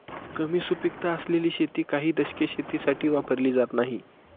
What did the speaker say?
कमी सुपीकता असलेली शेती काही दशके शेतीसाठी वापरली जात नाहीत